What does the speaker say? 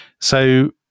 So-